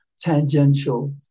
tangential